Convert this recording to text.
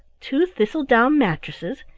two thistle-down mattresses,